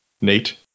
Nate